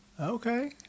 Okay